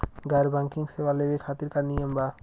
गैर बैंकिंग सेवा लेवे खातिर का नियम बा?